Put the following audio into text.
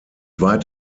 weit